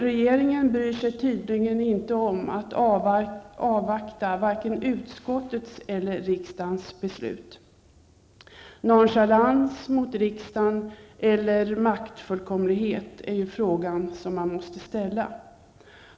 Regeringen bryr sig tydligen inte om att avvakta vare sig utskottets ställningstagande eller riksdagens beslut. Handlar det om nonchalans gentemot riksdagen eller om maktfullkomlighet? Den frågan måste ställas.